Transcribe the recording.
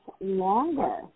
longer